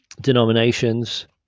denominations